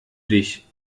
dich